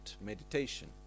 meditation